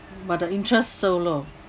but the interests so low